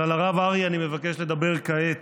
אבל על הרב אריה אני מבקש לדבר כעת.